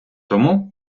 тому